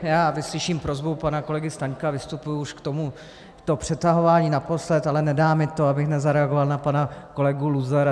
Já vyslyším prosbu pana kolegy Staňka, vystupuji už k tomuto přetahování naposledy, ale nedá mi to, abych nezareagoval na pana kolegu Luzara.